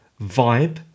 vibe